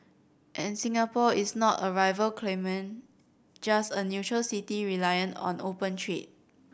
and Singapore is not a rival claimant just a neutral city reliant on the open trade